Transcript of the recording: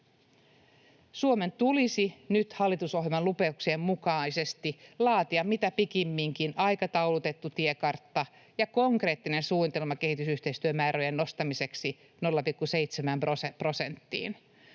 Suomen tulisi nyt hallitusohjelman lupauksien mukaisesti laatia mitä pikimmiten aikataulutettu tiekartta ja konkreettinen suunnitelma kehitysyhteistyömäärärahojen nostamiseksi 0,7 prosenttiin.